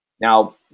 now